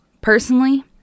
Personally